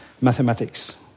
mathematics